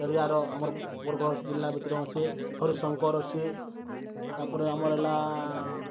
ଏରିଆର ଆମର୍ ବରଗଡ଼୍ ଜିଲ୍ଲା ଭିତ୍ରେ ଅଛେ ହରିଶଙ୍କର୍ ଅଛେ ତାପରେ ଆମର୍ ହେଲା